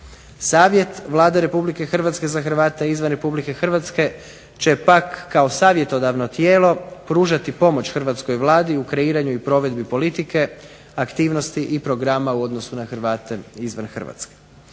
Savjet Vlade Republike Hrvatske za Hrvate izvan Republike Hrvatske će pak kao savjetodavno tijelo pružati pomoć hrvatskoj Vladi u kreiranju i provedbi politike, aktivnosti i programa u odnosu na Hrvate izvan Hrvatske.